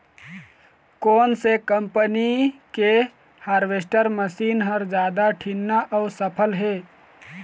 कोन से कम्पनी के हारवेस्टर मशीन हर जादा ठीन्ना अऊ सफल हे?